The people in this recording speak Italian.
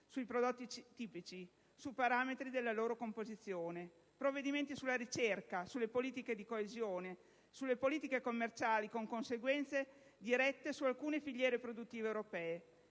sui prodotti tipici, su parametri della loro composizione: provvedimenti sulla ricerca, sulle politiche di coesione, sulle politiche commerciali, con conseguenze dirette su alcune filiere produttive europee.